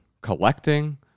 Collecting